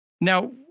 Now